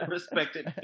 Respected